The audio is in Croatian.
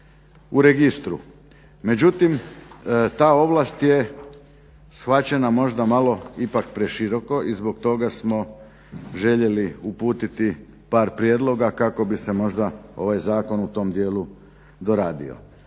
u registru. Međutim ta ovlast je shvaćena možda ipak malo preširoko i zbog toga smo željeli uputiti par prijedloga kako bi se možda ovaj zakon u tom dijelu doradio.